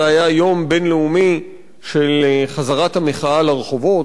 היה יום בין-לאומי של חזרת המחאה לרחובות,